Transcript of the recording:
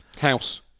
House